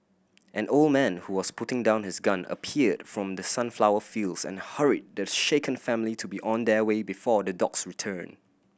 an old man who was putting down his gun appeared from the sunflower fields and hurried the shaken family to be on their way before the dogs return